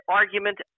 argument